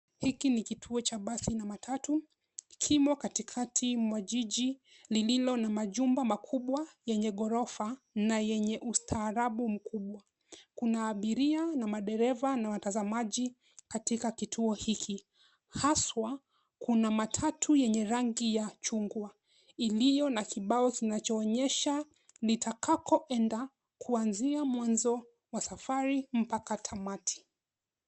Hiki ni kituo cha basi na matatu, kimo katikati mwa jiji lililo na majumba makubwa yenye gorofa na yenye ustaarabu mkubwa. Kuna abiria na madereva na watazamaji katika kituo hiki. Haswa, kuna matatu yenye rangi ya chungwa iliyo na kibao kinachoonyesha litakako enda kuanzia mwanzo wa safari mpaka tamati.